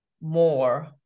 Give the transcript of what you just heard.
more